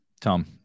Tom